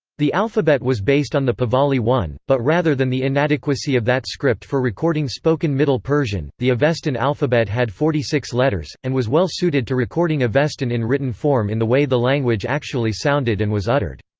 the alphabet was based on the pahlavi one, but rather than the inadequacy of that script for recording spoken middle persian, the avestan alphabet had forty six letters, and was well suited to recording avestan in written form in the way the language actually sounded and was uttered.